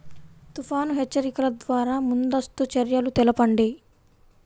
తుఫాను హెచ్చరికల ద్వార ముందస్తు చర్యలు తెలపండి?